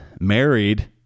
married